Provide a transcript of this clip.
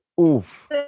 Oof